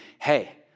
hey